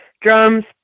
drums